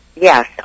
Yes